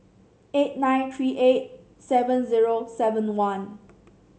eight nine three eight seven zero seven one